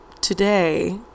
today